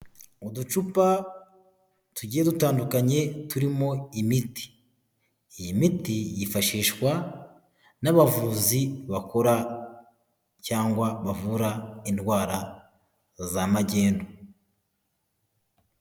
Uducupa tujye dutandukanye turimo imiti, iyi miti yifashishwa n'abavuzi bakora cyangwa bavura indwara za magendu.